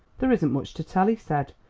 there isn't much to tell, he said.